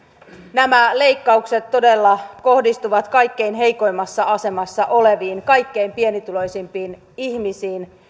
nämä leikkaukset todella kohdistuvat kaikkein heikoimmassa asemassa oleviin kaikkein pienituloisimpiin ihmisiin